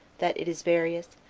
that it is various,